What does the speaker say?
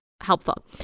helpful